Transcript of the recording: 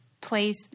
place